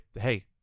hey